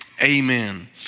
amen